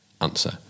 answer